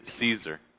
Caesar